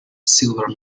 silver